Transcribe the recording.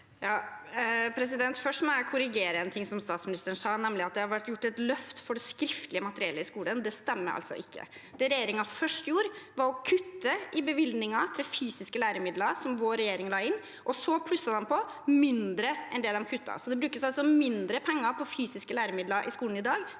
(V) Først må jeg korrigere noe statsministeren sa, nemlig at det har vært gjort et løft for det skriftlige materiellet i skolen. Det stemmer altså ikke. Det regjeringen først gjorde, var å kutte i bevilgningen til fysiske læremidler, som vår regjering la inn, og så plusset de på mindre enn de kuttet. Det brukes altså mindre penger på fysiske læremidler i skolen i dag